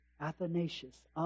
Athanasius